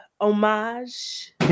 homage